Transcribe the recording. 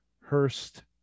hurst